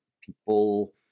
people